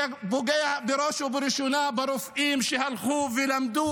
זה פוגע בראש ובראשונה ברופאים שהלכו ולמדו,